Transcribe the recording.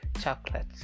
chocolates